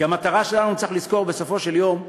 כי המטרה שלנו, צריך לזכור, בסופו של יום,